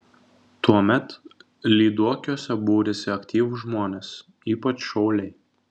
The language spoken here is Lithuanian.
tuomet lyduokiuose būrėsi aktyvūs žmonės ypač šauliai